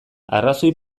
arrazoi